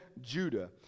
Judah